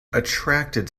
attracted